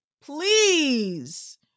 Please